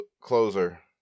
Closer